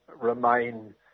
remain